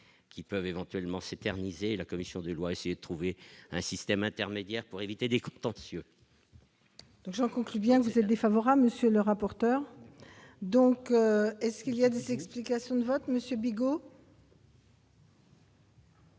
qui peuvent éventuellement s'éterniser la commission des Lois, essayer de trouver un système intermédiaire pour éviter des coûts tentation. Donc j'en conclus bien du Bruxelles défavorable, monsieur le rapporteur, donc est-ce qu'il y a des explications de vote Monsieur Bigot.